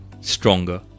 stronger